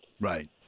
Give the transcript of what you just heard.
Right